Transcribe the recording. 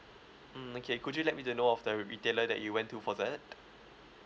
mm okay could you let me to know of the re~ retailer that you went to for that